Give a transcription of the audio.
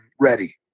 ready